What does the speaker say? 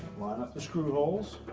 line up the screw holes